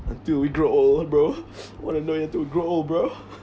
until we grow old bro what to grow old bro